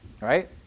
Right